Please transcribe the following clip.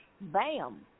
bam